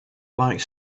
like